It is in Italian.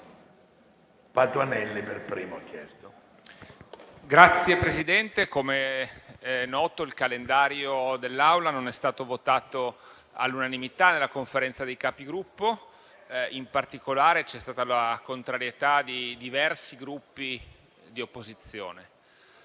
Signor Presidente, come è noto, il calendario dell'Aula non è stato votato all'unanimità nella Conferenza dei Capigruppo; in particolare c'è stata la contrarietà di diversi Gruppi di opposizione.